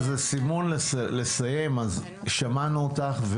שמענו אותך,